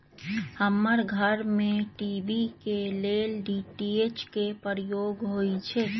हमर घर में टी.वी के लेल डी.टी.एच के प्रयोग होइ छै